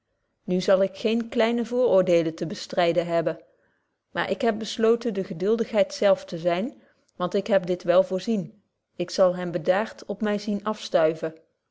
nu zal ik geene kleine vooroordeelen te bestryden hebben maar ik heb besloten de geduldigheid zelf te zyn want ik heb dit wel voorzien ik zal hen bedaard op my zien